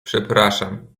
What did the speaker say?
przepraszam